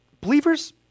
believers